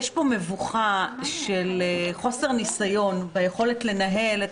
יש פה מבוכה של חוסר ניסיון ביכולת לנהל את